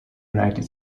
united